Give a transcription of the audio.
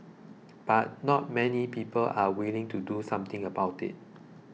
but not many people are willing to do something about it